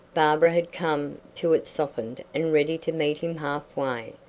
barbara had come to it softened and ready to meet him half way.